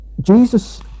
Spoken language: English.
Jesus